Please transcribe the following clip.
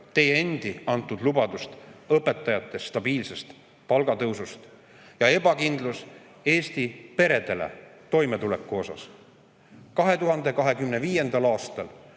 teie endi antud lubadusi õpetajate stabiilse palgatõusu kohta. Ja ebakindlus Eesti peredes toimetuleku pärast. 2025. aastal